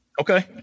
Okay